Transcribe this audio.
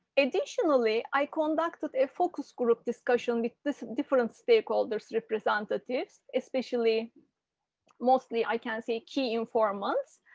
additionally, i conducted a focus group discussion with different stakeholders, representatives, especially mostly i can see cume for months.